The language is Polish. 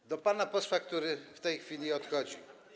To do pana posła, który w tej chwili odchodzi.